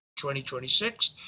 2026